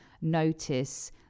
notice